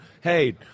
hey